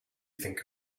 think